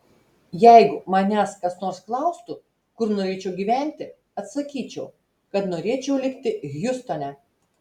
jeigu manęs kas nors klaustų kur norėčiau gyventi atsakyčiau kad norėčiau likti hjustone